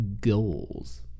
goals